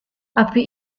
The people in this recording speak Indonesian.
api